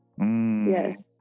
Yes